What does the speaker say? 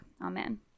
Amen